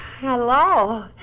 Hello